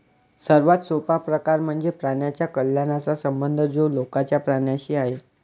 सर्वात सोपा प्रकार म्हणजे प्राण्यांच्या कल्याणाचा संबंध जो लोकांचा प्राण्यांशी आहे